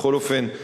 בכל אופן,